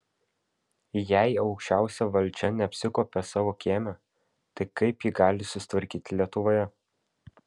jei aukščiausia valdžia neapsikuopia savo kieme tai kaip ji gali susitvarkyti lietuvoje